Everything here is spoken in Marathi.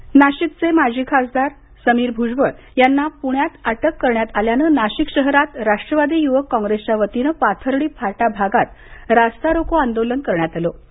भजबळ अटक नाशिक नाशिकचे माजी खासदार समीर भुजबळ यांना पुण्यात अटक करण्यात आल्यानं नाशिक शहरात राष्ट्रवादी युवक काँग्रेसच्या वतीने पाथर्डी फाटा भागात रस्ता रोको करण्यात आलम